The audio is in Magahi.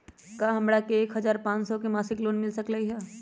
का हमरा के एक हजार पाँच सौ के मासिक लोन मिल सकलई ह?